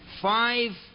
five